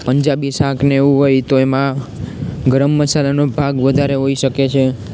પંજાબી શાકને એવું હોય તો એમાં ગરમ મસાલાનો ભાગ વધારે હોય શકે છે